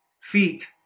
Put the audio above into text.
feet